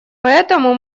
поэтому